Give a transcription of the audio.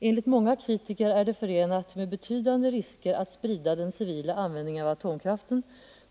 Enligt många kritiker är det förenat med betydande risker att sprida den civila användningen av atomkraften.